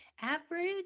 Average